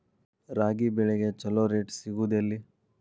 ರಾಗಿ ಬೆಳೆಗೆ ಛಲೋ ರೇಟ್ ಸಿಗುದ ಎಲ್ಲಿ?